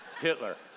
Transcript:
hitler